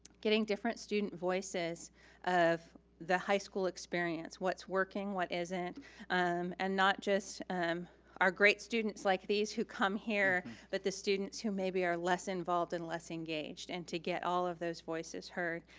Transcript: getting different student voices of the high school experience. what's working, what isn't um and not just our great students like these who come here but the students who maybe are less involved and less engaged and to get all of those voices heard.